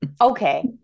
Okay